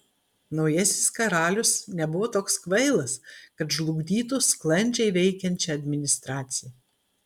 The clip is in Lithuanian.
naujasis karalius nebuvo toks kvailas kad žlugdytų sklandžiai veikiančią administraciją